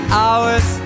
hours